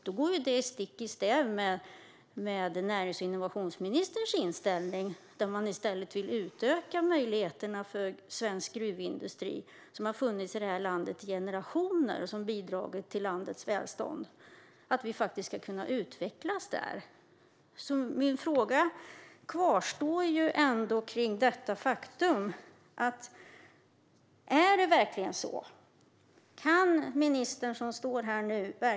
Då går det ju stick i stäv med närings och innovationsministerns inställning, vilken i stället går ut på att utöka möjligheterna för svensk gruvindustri - som har funnits i det här landet i generationer och som har bidragit till landets välstånd - så att vi ska kunna utvecklas där. Min fråga till ministern kvarstår ändå.